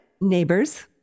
Neighbors